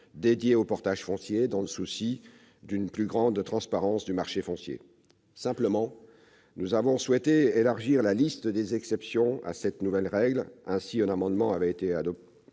dédiées au portage foncier, dans le souci d'une plus grande transparence du marché foncier. Simplement, nous avons souhaité élargir la liste des exceptions à cette nouvelle règle. Ainsi, un amendement avait été adopté